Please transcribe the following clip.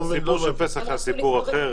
הסיפור של פסח זה סיפור אחר.